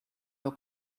your